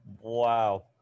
Wow